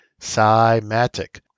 Symatic